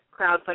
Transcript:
crowdfunding